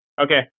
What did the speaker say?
Okay